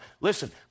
Listen